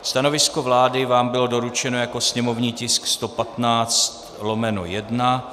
Stanovisko vlády vám bylo doručeno jako sněmovní tisk 115/1.